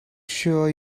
sure